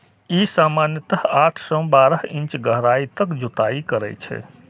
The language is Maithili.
ई सामान्यतः आठ सं बारह इंच गहराइ तक जुताइ करै छै